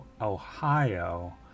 Ohio